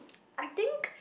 I think